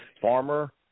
Farmer